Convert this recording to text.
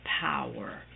power